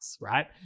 right